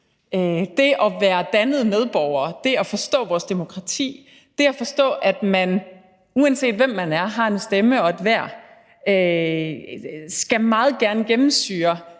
Det at være dannet medborger, det at forstå vores demokrati, det at forstå, at man, uanset hvem man er, har en stemme og et værd, skal meget gerne gennemsyre